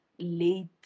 Late